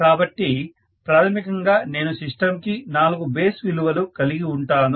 కాబట్టి ప్రాథమికంగా నేను సిస్టమ్ కి నాలుగు బేస్ విలువలు కలిగి వుంటాను